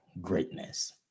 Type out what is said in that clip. greatness